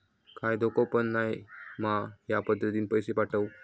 काय धोको पन नाय मा ह्या पद्धतीनं पैसे पाठउक?